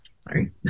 sorry